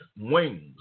wings